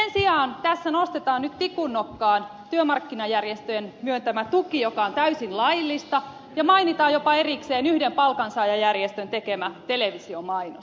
sen sijaan tässä nostetaan nyt tikun nokkaan työmarkkinajärjestöjen myöntämä tuki joka on täysin laillista ja mainitaan jopa erikseen yhden palkansaajajärjestön tekemä televisiomainos